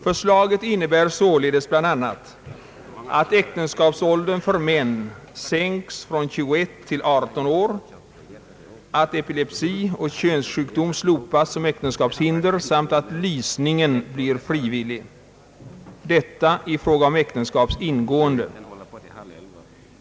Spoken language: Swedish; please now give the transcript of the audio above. Förslaget innebär således bl.a. att äktenskapsåldern för män sänks från 21 till 18 år, att epilepsi och könssjukdom slopas som äktenskapshinder samt att lysningen blir frivillig. Detta föreslås i fråga om äktenskaps ingående.